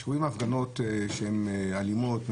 הפגנות שהן אלימות,